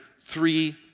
three